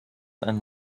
and